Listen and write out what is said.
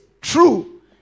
true